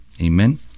Amen